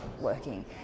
working